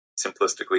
simplistically